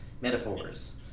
metaphors